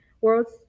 world's